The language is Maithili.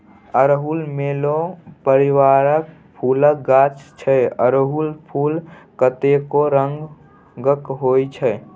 अड़हुल मेलो परिबारक फुलक गाछ छै अरहुल फुल कतेको रंगक होइ छै